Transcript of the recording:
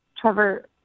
Trevor